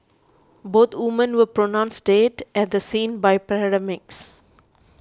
both women were pronounced dead at the scene by paramedics